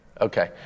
Okay